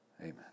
Amen